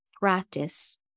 practice